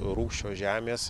rūgščios žemės